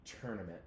tournament